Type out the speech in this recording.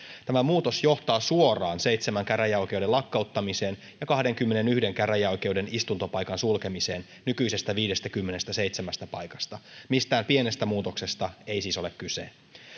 tämä muutos johtaa suoraan seitsemän käräjäoikeuden lakkauttamiseen ja kahdenkymmenenyhden käräjäoikeuden istuntopaikan sulkemiseen nykyisestä viidestäkymmenestäseitsemästä paikasta mistään pienestä muutoksesta ei siis ole kyse